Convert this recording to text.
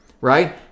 right